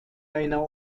einer